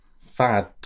fad